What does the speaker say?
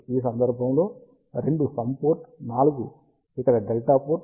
ఈ సందర్భంలో 2 sum port 4 ఇక్కడ డెల్టా పోర్ట్